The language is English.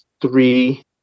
three